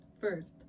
first